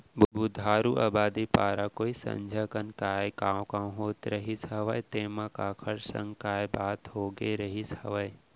बुधारू अबादी पारा कोइत संझा कन काय कॉंव कॉंव होत रहिस हवय तेंमा काखर संग काय बात होगे रिहिस हवय?